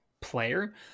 player